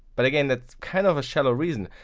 but again, that's kind of a shallow reason.